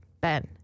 Ben